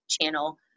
channel